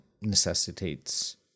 necessitates